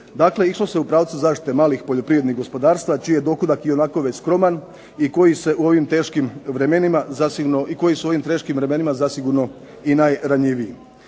Dakle, išlo se u pravcu zaštite malih poljoprivrednih gospodarstva čiji je dohodak već ovako skroman i koji su u ovim teškim vremenima zasigurno i najranjiviji.